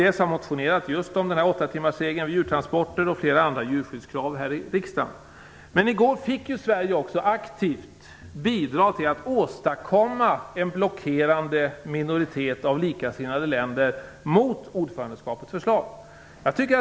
Kds har motionerat här i riksdagen om just åttatimmarsregeln vid djurtransporter och flera andra djurskyddskrav. I går fick Sverige också aktivt bidra till att åstadkomma en blockerande minoritet av likasinnade länder mot ordförandeskapets förslag.